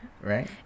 right